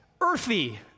earthy